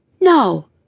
No